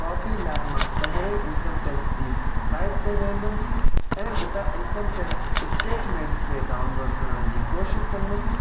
copy लाइ मां पहिरें इंकम टैक्स जी साइट ते वेंदुमि ऐं उतां इंकम टैक्स स्टेटमेंट खे डाउनलोड करण जी कोशिशि कंदुमि